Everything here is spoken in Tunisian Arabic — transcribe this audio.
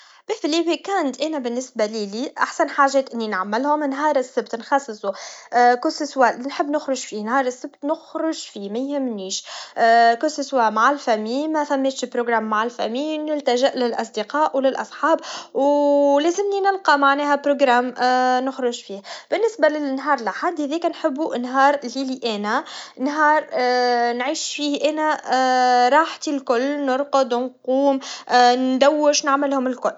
في عطلات نهاية الأسبوع، نحب نخرج مع الأصدقاء ونستمتع بالطبيعة. نحب نكتشف أماكن جديدة، أو نستمتع بوقت هادئ في المنزل مع كتاب أو فيلم. زادة، نحب نعمل شوية نشاطات رياضية أو نطبخ مع العائلة. هالوقت يساعدني على الاسترخاء وتجديد النشاط.